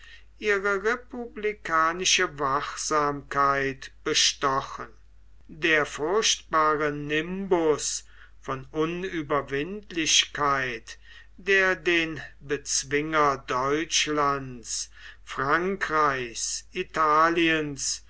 ihre republikanische wachsamkeit bestochen der furchtbare nimbus von unüberwindlichkeit der den bezwinger